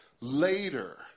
later